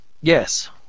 Yes